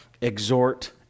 exhort